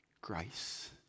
grace